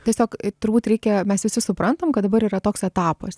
tiesiog turbūt reikia mes visi suprantam kad dabar yra toks etapas